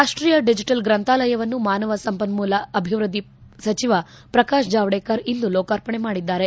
ರಾಷ್ಷೀಯ ಡಿಜಿಟಲ್ ಗ್ರಂಥಾಲಯವನ್ನು ಮಾನವ ಸಂಪನ್ನೂಲ ಅಭಿವೃದ್ದಿ ಸಚಿವ ಪ್ರಕಾಶ್ ಜಾವಡೇಕರ್ ಇಂದು ಲೋಕಾರ್ಪಣೆ ಮಾಡಿದ್ದಾರೆ